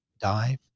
die